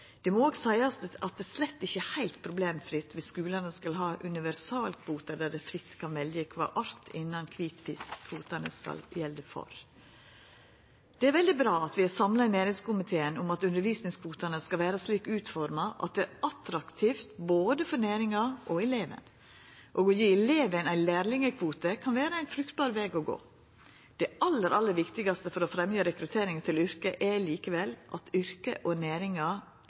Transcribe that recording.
Det må òg seiast at det slett ikkje er heilt problemfritt viss skulane skal ha ei universalkvote der dei fritt kan velja kva art innan kvitfisk kvotene skal gjelda for. Det er veldig bra at vi i næringskomiteen er samla om at undervisningskvotene skal vera slik utforma at dei er attraktive både for næringa og eleven, og å gje eleven ei lærlingkvote kan vera ein fruktbar veg å gå. Det aller, aller viktigaste for å fremja rekruttering til yrket er likevel at yrket og